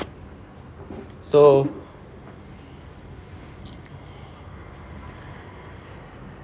so